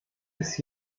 ist